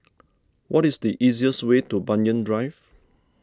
what is the easiest way to Banyan Drive